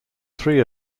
three